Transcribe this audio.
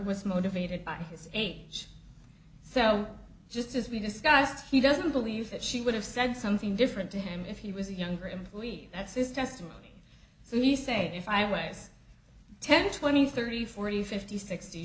was motivated by his age so just as we discussed he doesn't believe that she would have said something different to him if he was a younger employee that's this testimony so nice a if i was ten twenty thirty forty fifty sixty